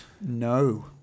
No